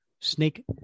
snake